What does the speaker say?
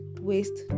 waste